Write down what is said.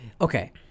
okay